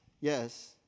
yes